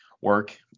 work